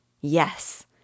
yes